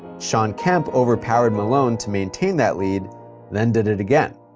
shawn kemp overpowered malone to maintain that lead then did it again.